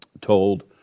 told